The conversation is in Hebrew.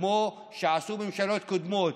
כמו שעשו ממשלות קודמות,